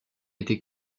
été